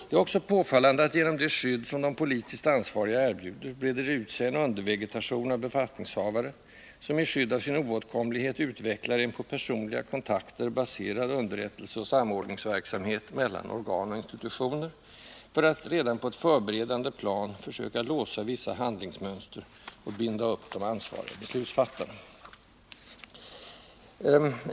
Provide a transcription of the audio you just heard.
Det är också påfallande att genom det skydd som de politiskt ansvariga erbjuder, breder det ut sig en undervegetation av befattningshavare, som i skydd av sin oåtkomlighet utvecklar en på personliga kontakter baserad underrättelseoch samordningsverksamhet mellan organ och institutioner, för att redan på ett förberedande plan försöka låsa vissa handlingsmönster och binda upp de ansvariga beslutsfattarna.